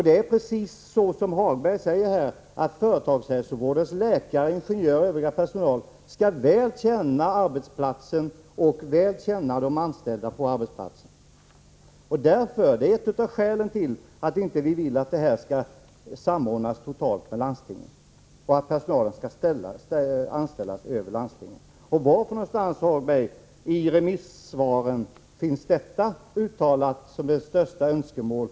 Det är precis som Lars-Ove Hagberg säger: Företagshälsovårdens läkare, ingenjörer och övrig personal skall väl känna arbetsplatsen och de anställda på arbetsplatsen. Det är ett av skälen till att vi inte vill att verksamheten skall samordnas totalt med landstingen och att personalen skall anställas genom landstingen. Var någonstans i remissvaren, Lars-Ove Hagberg, finns detta uttalat som det största önskemålet?